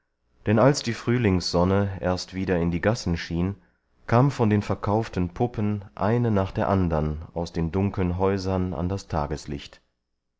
denn als die frühlingssonne erst wieder in die gassen schien kam von den verkauften puppen eine nach der andern aus den dunkeln häusern an das tageslicht